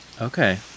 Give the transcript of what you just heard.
Okay